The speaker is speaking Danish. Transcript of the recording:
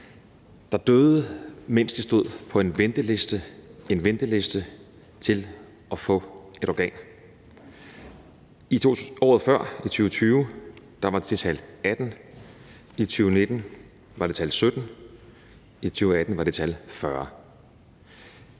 der døde, mens de stod på en venteliste, en venteliste til at få et organ. Året før, i 2020, var det tal 18, i 2019 var det tal 17, i 2018 var det tal 40.